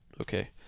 Okay